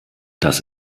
das